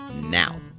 now